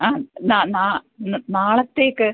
ആ ഇന്ന് നാളത്തേക്ക്